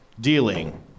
dealing